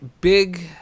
big